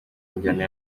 njyana